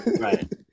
right